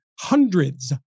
Hundreds